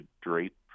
drape